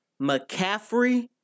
McCaffrey –